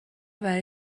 برای